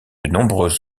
nombreuses